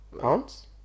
Pounds